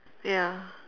ya